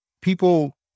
people